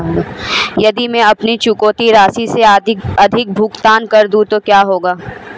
यदि मैं अपनी चुकौती राशि से अधिक भुगतान कर दूं तो क्या होगा?